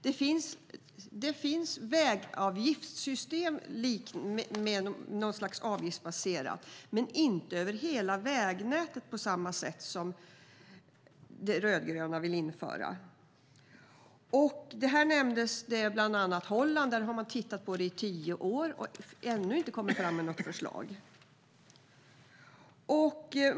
Det finns vägavgiftssystem, men inte över hela vägnätet på det sätt som de rödgröna vill införa. Här nämndes bland annat Holland. Där har man tittat på det i tio år och ännu inte kommit fram med något förslag.